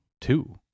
Two